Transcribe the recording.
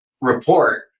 report